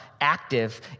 active